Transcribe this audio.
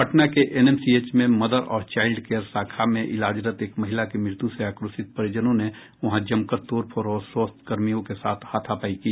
पटना के एनएमसीएच में मदर और चाइल्ड केयर शाखा में इलाजरत एक महिला की मृत्यु से आक्रोशित परिजनों ने वहां जमकर तोड़फोड़ और स्वास्थ्य कर्मियों के साथ हाथापाई की